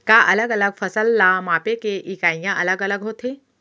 का अलग अलग फसल ला मापे के इकाइयां अलग अलग होथे?